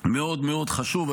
מאוד מאוד חשוב.